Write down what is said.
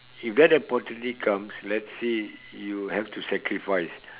if that opportunity comes let's say you'll have to sacrifice